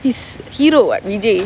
he's hero [what] vijay